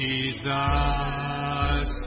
Jesus